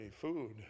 food